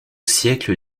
siècle